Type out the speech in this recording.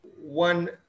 one